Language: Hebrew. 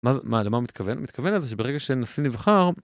מה זה מה למה מתכוון מתכוון לזה שברגע שנשיא נבחר.